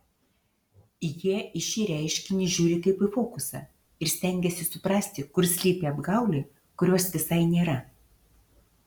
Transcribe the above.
jie į šį reiškinį žiūri kaip į fokusą ir stengiasi suprasti kur slypi apgaulė kurios visai nėra